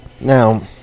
Now